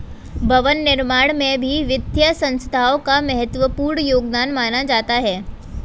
भवन निर्माण में भी वित्तीय संस्थाओं का महत्वपूर्ण योगदान माना जाता है